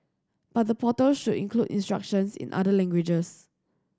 but the portal should include instructions in other languages